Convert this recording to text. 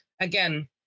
again